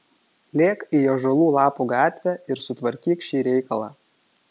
lėk į ąžuolų lapų gatvę ir sutvarkyk šį reikalą